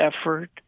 effort